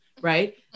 right